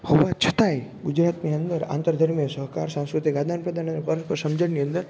હોવા છતાંય ગુજરાતની અંદર આંતર ધર્મિય સહકાર સાંસ્કૃતિક આદાનપ્રદાન અને પરસ્પર સમજણની અંદર